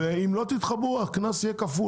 ואם לא תתחברו, הקנס יהיה כפול.